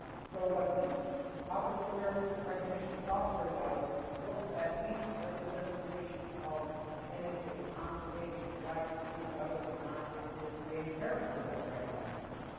so what this optical character recognition software does is looks at each representation of anything on the page and tries to see whether or not it is a character that's recognizable.